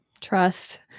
trust